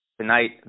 Tonight